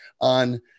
on